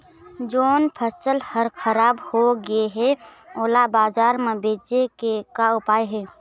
जोन फसल हर खराब हो गे हे, ओला बाजार म बेचे के का ऊपाय हे?